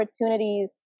opportunities